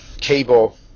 cable